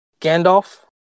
Gandalf